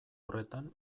horretan